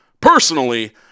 Personally